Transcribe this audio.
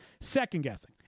second-guessing